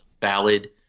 valid